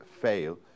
fail